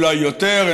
אולי יותר,